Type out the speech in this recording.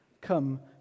come